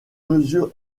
mesure